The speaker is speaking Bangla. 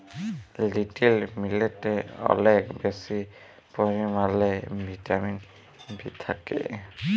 লিটিল মিলেটে অলেক বেশি পরিমালে ভিটামিল বি থ্যাকে